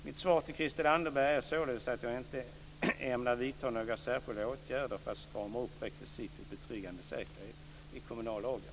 Mitt svar till Christel Anderberg är således att jag inte ämnar vidta några särskilda åtgärder för att strama upp rekvisitet betryggande säkerhet i kommunallagen.